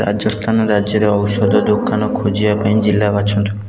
ରାଜସ୍ଥାନ ରାଜ୍ୟରେ ଔଷଧ ଦୋକାନ ଖୋଜିବା ପାଇଁ ଜିଲ୍ଲା ବାଛନ୍ତୁ